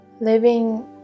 Living